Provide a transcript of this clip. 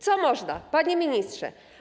Co można, panie ministrze?